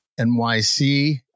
nyc